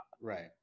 right